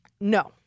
no